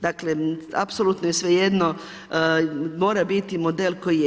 Dakle apsolutno je svejedno, mora biti model koji je.